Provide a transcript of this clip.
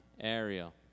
Ariel